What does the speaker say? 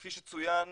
כפי שצוין,